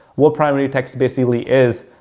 what primary text basically is,